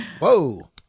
Whoa